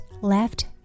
left